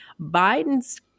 Biden's